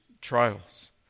trials